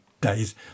days